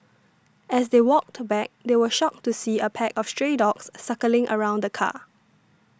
as they walked back they were shocked to see a pack of stray dogs circling around the car